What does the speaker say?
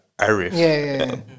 Arif